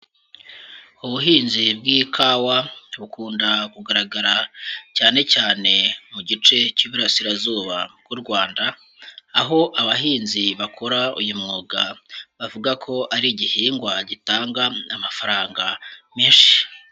Ubuhinzi bw'ikawa bukunda kugaragara cyane cyane mu gice cy'Iburasirazuba bw'u Rwanda, aho abahinzi bakora uyu mwuga, bavuga ko ari igihingwa gitanga amafaranga menshi.